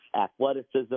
athleticism